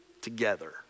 together